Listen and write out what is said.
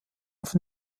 auf